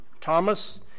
Thomas